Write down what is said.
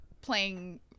playing